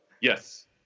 Yes